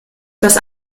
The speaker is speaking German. das